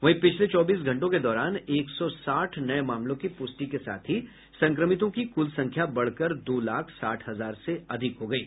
वहीं पिछले चौबीस घंटों के दौरान एक सौ साठ नये मामलों की पुष्टि के साथ ही संक्रमितों की कुल संख्या बढ़कर दो लाख साठ हजार से अधिक हो गयी